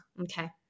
Okay